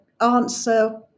answer